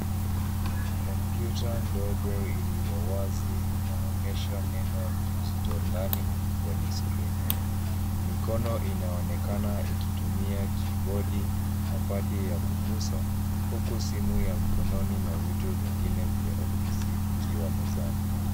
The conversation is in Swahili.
Kompyuta ndogo iliyowazi inaonyesha neno digital learning kwenye skrini. Mikono inaonekana ikitumia kibodi na padi ya kugusa huku simu ya mkononi na vitu vingine vya ofisi vikiwa mezani.